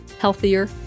healthier